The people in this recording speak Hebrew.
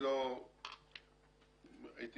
לא הייתי